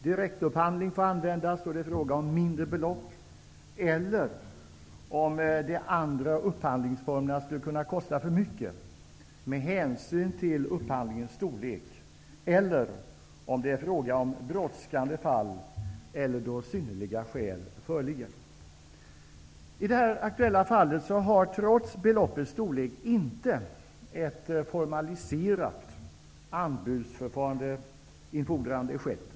Direktupphandling får användas då det är fråga om mindre belopp, eller om de andra upphandlingsformerna skulle kunna kosta för mycket med hänsyn till upphandlingens storlek, eller om det är fråga om brådskande fall eller då synnerliga skäl föreligger. I det här aktuella fallet har, trots beloppets storlek, inte ett formaliserat anbudsförfarande skett.